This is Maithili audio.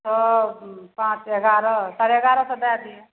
पाँच एगारह साढ़े एगारह सओ दै दिऔ